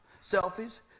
selfies